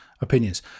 opinions